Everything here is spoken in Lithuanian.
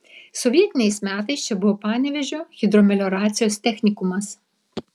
sovietiniais metais čia buvo panevėžio hidromelioracijos technikumas